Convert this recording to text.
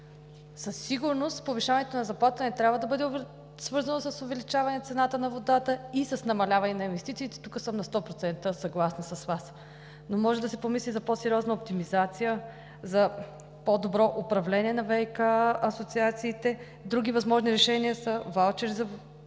Със сигурност повишаването на заплатата не трябва да бъде свързано с увеличаване цената на водата и с намаляване на инвестициите – тук съм на 100% съгласна с Вас, но може да се помисли за по-сериозна оптимизация, за по-добро управление на ВиК асоциациите. Други възможни решения са ваучери за водно